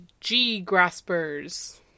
G-graspers